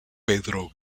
pedro